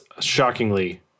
shockingly